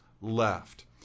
left